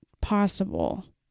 possible